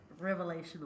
Revelational